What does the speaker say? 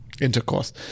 intercourse